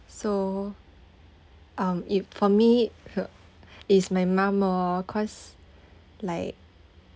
so um if for me her it's my mum orh cause like